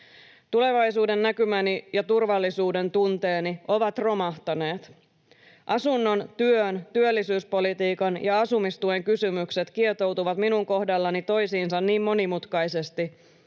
Tulevaisuudennäkymäni ja turvallisuudentunteeni ovat romahtaneet. Asunnon, työn, työllisyyspolitiikan ja asumistuen kysymykset kietoutuvat minun kohdallani toisiinsa niin monimutkaisesti,